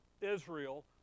Israel